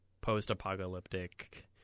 Post-apocalyptic